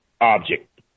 object